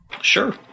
Sure